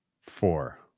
Four